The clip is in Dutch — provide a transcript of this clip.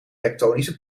tektonische